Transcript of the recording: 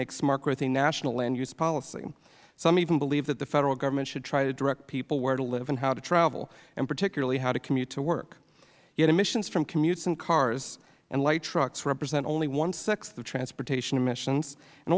make smart growth a national land use policy some even believe that the federal government should try to direct people where to live and how to travel and particularly how to commute to work yet emissions from commutes and cars and light trucks represent only one sixth of transportation emissions and